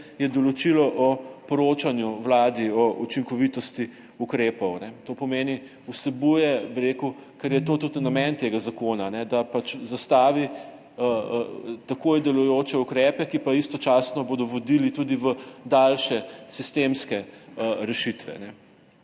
je določilo o poročanju Vladi o učinkovitosti ukrepov. To pomeni, vsebuje, ker je tudi namen tega zakona, da takoj zastavi delujoče ukrepe, ki pa bodo istočasno vodili tudi v daljše sistemske rešitve.